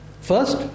First